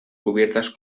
cubiertas